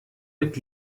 mit